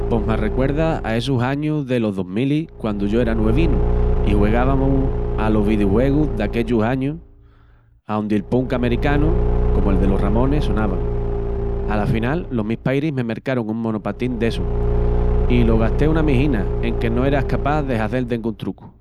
Pos m'arrecuerda a essus añus delos dosmilis quando yo era nuevinu i juegávamus alos vidiujuegus d'aquellus añus aondi'l punk americanu comu'l delos Ramones sonavan. Ala final los mis pairis me mercarun un monopatín dessus i lo gasté una mijina enque no era escapás de hazel dengún trucu.